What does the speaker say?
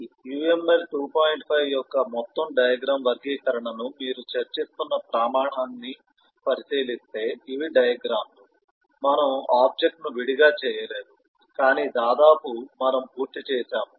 5 యొక్క మొత్తం డయాగ్రమ్ వర్గీకరణను మీరు చర్చిస్తున్న ప్రమాణాన్ని పరిశీలిస్తే ఇవి డయాగ్రమ్ లు మనము ఆబ్జెక్ట్ ను విడిగా చేయలేదు కాని దాదాపు మనము పూర్తి చేసాము